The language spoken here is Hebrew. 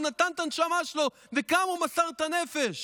נתן את הנשמה שלו וכמה הוא מסר את הנפש.